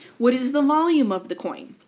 what is the volume of the coin?